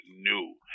new